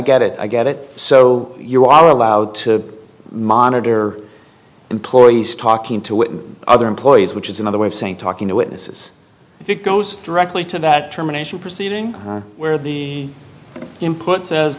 get it i get it so you are allowed to monitor employees talking to other employees which is another way of saying talking to witnesses if it goes directly to that emanation proceeding where the input